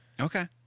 Okay